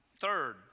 Third